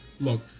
look